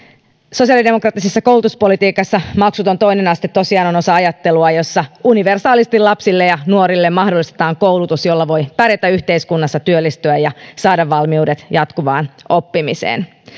sosiaalidemokraattisessa koulutuspolitiikassa maksuton toinen aste tosiaan on osa ajattelua jossa universaalisti lapsille ja nuorille mahdollistetaan koulutus jolla voi pärjätä yhteiskunnassa työllistyä ja saada valmiudet jatkuvaan oppimiseen